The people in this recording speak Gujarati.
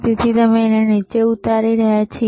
તેથી અમે તેને નીચે ઉતારીએ છીએ